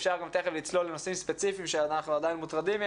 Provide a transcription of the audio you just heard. אפשר גם תיכף לצלול לנושאים ספציפיים שאנחנו עדיין מוטרדים מהם,